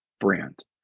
brand